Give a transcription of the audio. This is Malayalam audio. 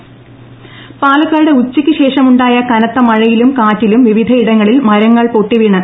പാലക്കാട് മഴ പാലക്കാട് ഉച്ചക്ക് ശേഷം ഉണ്ടായി ക്നത്ത മഴയിലും കാറ്റിലും വിവിധയിടങ്ങളിൽ മരങ്ങൾ പൊട്ടിമ്പീണ്